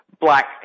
Black